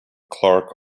clarke